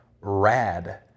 rad